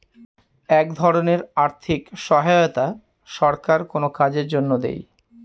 এক ধরনের আর্থিক সহায়তা সরকার কোনো কাজের জন্য দেয়